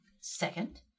second